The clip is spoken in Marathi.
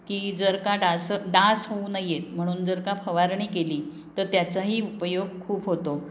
की जर का डास डास होऊ नयेत म्हणून जर का फवारणी केली तर त्याचाही उपयोग खूप होतो